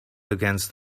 against